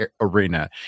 arena